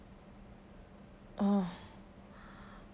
oh